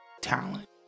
talent